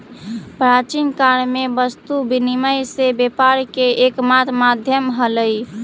प्राचीन काल में वस्तु विनिमय से व्यापार के एकमात्र माध्यम हलइ